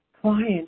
client